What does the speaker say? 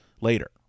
later